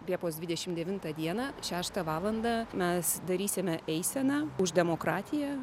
liepos dvidešim devintą dieną šeštą valandą mes darysime eiseną už demokratiją